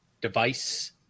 device